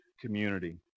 community